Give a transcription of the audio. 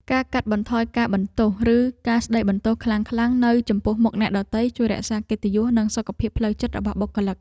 ការកាត់បន្ថយការបន្ទោសឬការស្តីបន្ទោសខ្លាំងៗនៅចំពោះមុខអ្នកដទៃ ជួយរក្សាកិត្តិយសនិងសុខភាពផ្លូវចិត្តរបស់បុគ្គលិក។